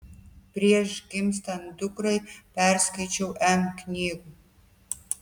prieš gimstant dukrai perskaičiau n knygų